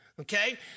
Okay